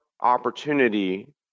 opportunity